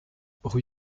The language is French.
rue